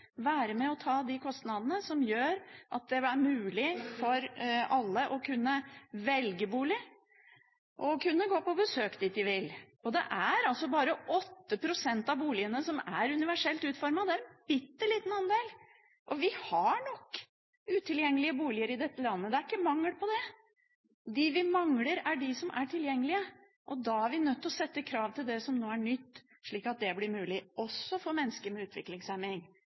være med på å ta de kostnadene som gjør at det er mulig for alle å kunne velge bolig og å kunne gå på besøk dit de vil. Det er bare 8 pst. av boligene som er universelt utformet. Det er en bitteliten andel. Vi har nok utilgjengelige boliger i dette landet. Det er ikke mangel på det. De vi mangler, er de som er tilgjengelige. Da er vi nødt til å sette krav til det som er nytt, slik at det blir mulig å velge også for mennesker med